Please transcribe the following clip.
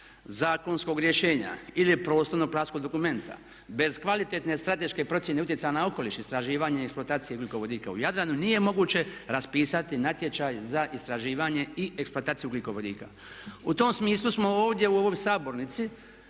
zakonskog rješenja ili prostorno-planskog dokumenta, bez kvalitetne strateške procjene utjecaja na okoliš istraživanja i eksploatacije ugljikovodika u Jadranu nije moguće raspisati natječaj za istraživanje i eksploataciju ugljikovodika. U tom smislu smo ovdje u ovoj sabornici